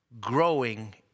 growing